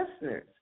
listeners